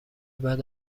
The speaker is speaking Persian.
بعد